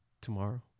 tomorrow